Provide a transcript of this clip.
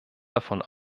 davon